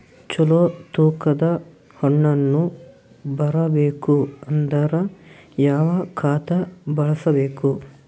ಚಲೋ ತೂಕ ದ ಹಣ್ಣನ್ನು ಬರಬೇಕು ಅಂದರ ಯಾವ ಖಾತಾ ಬಳಸಬೇಕು?